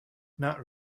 not